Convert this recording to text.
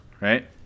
right